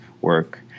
work